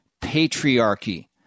patriarchy